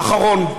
האחרון.